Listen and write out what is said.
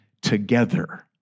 together